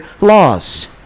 laws